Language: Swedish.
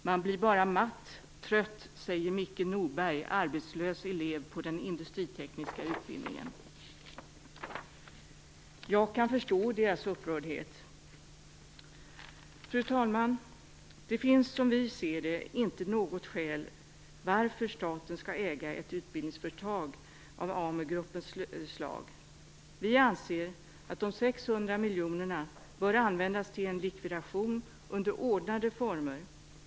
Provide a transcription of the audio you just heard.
"Man blir bara matt och trött". Detta säger Micke Jag kan förstå de här människornas upprördhet. Fru talman! Som vi ser saken finns det inte något skäl till att staten skall äga ett utbildningsföretag av Amu-gruppens slag. Vi anser att de 600 miljonerna bör användas till en likvidation under ordnade former.